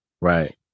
right